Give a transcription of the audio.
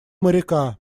моряка